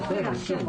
את ארץ מוצאם.